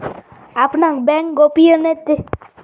आपणाक बँक गोपनीयतेच्या कायद्याची पण चोकशी करूची आवश्यकता असा